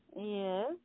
Yes